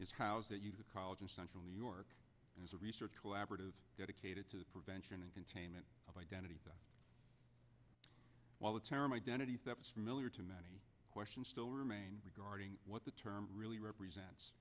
you the college in central new york as a research collaborative dedicated to the prevention and containment of identity theft while the term identity thefts familiar to many questions still remain regarding what the term really represents